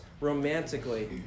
romantically